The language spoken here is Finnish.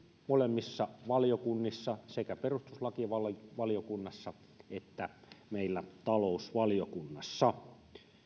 molemmissa valiokunnissa sekä perustuslakivaliokunnassa että meillä talousvaliokunnassa